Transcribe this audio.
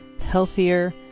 healthier